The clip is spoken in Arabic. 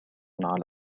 على